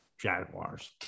Jaguars